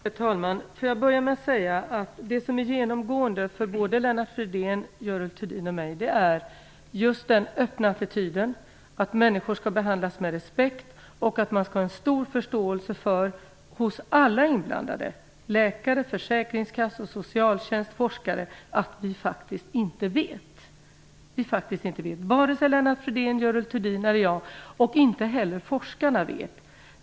Herr talman! Jag vill börja med att säga att det som är genomgående både för Lennart Fridén, Görel Thurdin och mig är den öppna attityden och åsikten att människor skall behandlas med respekt och att alla inblandade - läkare, försäkringskassa, socialtjänst och forskare - skall ha stor förståelse för att vi faktiskt inte vet. Varken Lennart Fridén, Görel Thurdin eller jag vet. Inte heller forskarna vet.